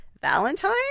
Valentine